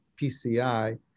PCI